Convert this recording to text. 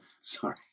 Sorry